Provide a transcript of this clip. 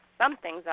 something's